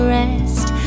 rest